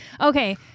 okay